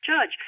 judge